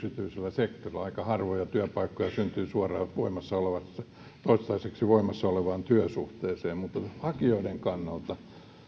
yksityisellä sektorilla aika harvoja työpaikkoja syntyy suoraan toistaiseksi voimassa olevaan työsuhteeseen mutta hakijoiden kannalta